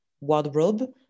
wardrobe